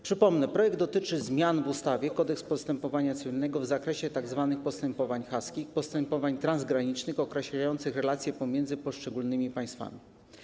Przypomnę, projekt dotyczy zmian w ustawie - Kodeks postępowania cywilnego w zakresie tzw. postępowań haskich, postępowań transgranicznych określających relacje pomiędzy poszczególnymi państwami.